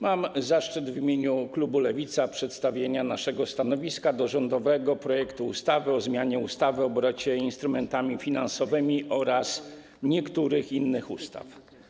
Mam zaszczyt w imieniu klubu Lewica przedstawić nasze stanowisko wobec rządowego projektu ustawy o zmianie ustawy o obrocie instrumentami finansowymi oraz niektórych innych ustaw.